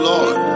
Lord